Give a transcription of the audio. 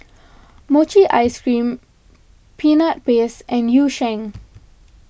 Mochi Ice Cream Peanut Paste and Yu Sheng